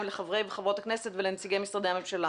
לחברי וחברות הכנסת ונציגי משרדי הממשלה.